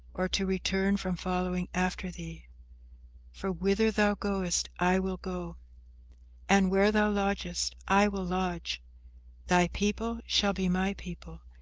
or to return from following after thee for whither thou goest i will go and where thou lodgest i will lodge thy people shall be my people,